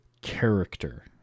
character